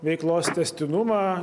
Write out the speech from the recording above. veiklos tęstinumą